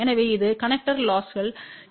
எனவே இது கனெக்டர் லொஸ்கள் ஈடுசெய்யும் 0